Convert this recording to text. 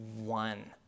one